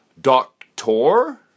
doctor